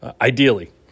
ideally